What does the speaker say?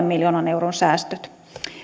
miljoonan euron säästöt